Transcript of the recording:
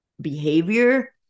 behavior